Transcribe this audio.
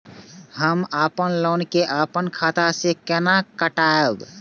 हम अपन लोन के अपन खाता से केना कटायब?